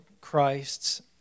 Christ's